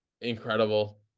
incredible